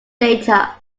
data